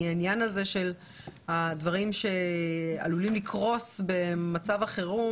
העניין הזה של הדברים שעלולים לקרוס במצב החירום